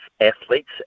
athletes